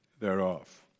thereof